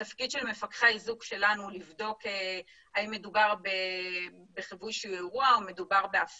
התפקיד של מפקחי האיזוק שלנו הוא לבדוק האם מדובר באירוע או בהפרה.